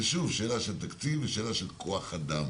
זו שוב שאלה של תקציב ושאלה של כוח אדם,